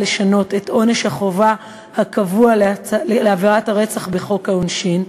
לשנות את עונש החובה הקבוע לעבירת הרצח בחוק העונשין,